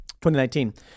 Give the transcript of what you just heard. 2019